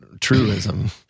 truism